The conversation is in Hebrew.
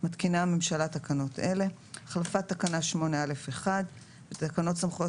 מתקינה הממשלה תקנות אלה: החלפת תקנה 8א1 בתקנות סמכויות